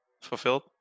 fulfilled